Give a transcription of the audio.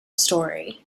story